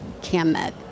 Cammed